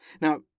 Now